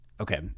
Okay